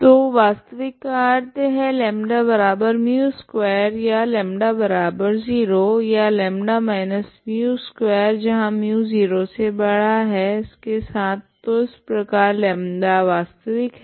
तो वास्तविक का अर्थ है λμ2 या λ0 या λ μ2 μ0 के साथ तो इस प्रकार λ वास्तविक है